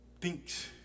thinks